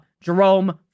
Jerome